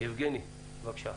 יבגני, בבקשה.